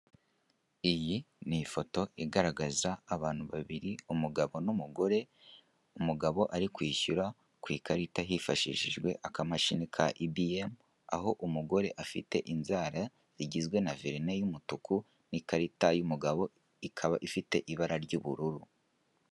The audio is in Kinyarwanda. Iyi ni ifoto igaragaza abantu babiri: umugabo n'umugore, umugabo ari kwishyura ku ikarita hifashishijwe akamashini ka EBM, aho umugore afite inzara zigizwe na verine y'umutuku n'ikarita y'umugabo ikaba ifite ibara ry'ubururu.